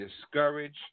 discouraged